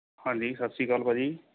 ਹਾਂਜੀ ਸਤਿ ਸ਼੍ਰੀ ਅਕਾਲ ਭਾਅ ਜੀ